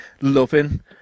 loving